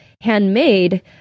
handmade